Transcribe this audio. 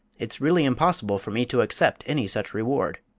it's really impossible for me to accept any such reward.